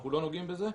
אנחנו לא נוגעים בזה.